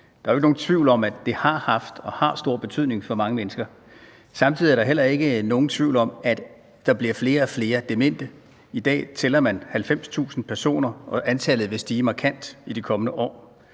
Der er jo ikke nogen tvivl om, at det har haft og har stor betydning for mange mennesker. Samtidig er der heller ikke nogen tvivl om, at der bliver flere og flere demente. I dag tæller man 90.000 personer, og antallet vil stige markant i de kommende år.